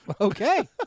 Okay